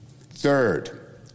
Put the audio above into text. Third